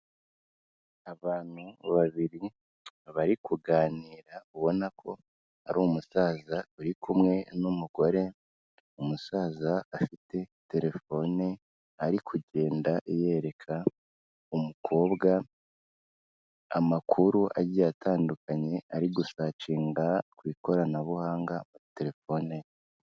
Abantu babiri bari kuganira ubona ko ari umusaza uri kumwe n'umugore, umusaza afite telefone ari kugenda yereka umukobwa, amakuru agiye atandukanye, ari gusacinga ku ikoranabuhanga kuri telefone ye.